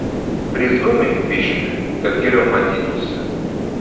prizūmink biškį kad geriau matytųsi